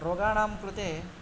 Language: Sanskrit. रोगाणां कृते